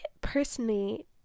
personally